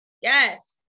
Yes